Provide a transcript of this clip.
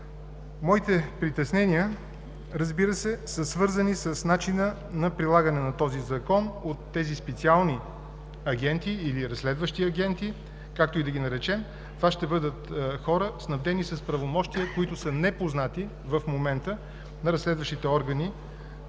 моите притеснения, разбира се, са свързани с начина на прилагане на този закон от тези специални агенти или разследващи агенти. Както и да ги наречем, това ще бъдат хора, снабдени с правомощия, които са непознати в момента на разследващите органи